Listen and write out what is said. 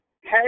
Hey